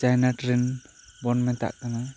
China train ᱵᱚᱱ ᱢᱮᱛᱟᱜ ᱠᱟᱱᱟ